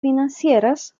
financieras